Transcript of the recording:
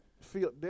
feel